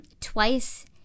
twice